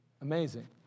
Amazing